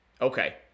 Okay